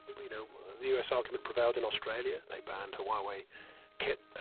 we know the u s. argument prevailed in australia. they banned huawei kit.